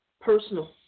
personal